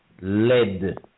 led